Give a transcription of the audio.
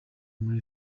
muri